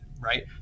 right